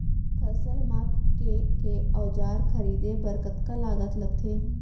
फसल मापके के औज़ार खरीदे बर कतका लागत लगथे?